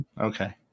Okay